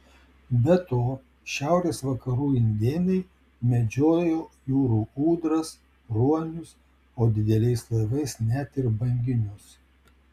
be to šiaurės vakarų indėnai medžiojo jūrų ūdras ruonius o dideliais laivais net ir banginius